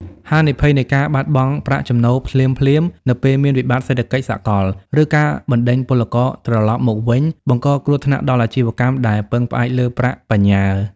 ហានិភ័យនៃការបាត់បង់ប្រាក់ចំណូលភ្លាមៗ នៅពេលមានវិបត្តិសេដ្ឋកិច្ចសកល ឬការបណ្ដេញពលករត្រឡប់មកវិញ បង្កគ្រោះថ្នាក់ដល់អាជីវកម្មដែលពឹងលើប្រាក់បញ្ញើ។